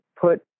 put